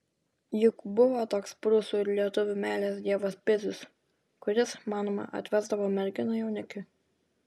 juk buvo toks prūsų ir lietuvių meilės dievas pizius kuris manoma atvesdavo merginą jaunikiui